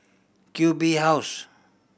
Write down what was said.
Q B House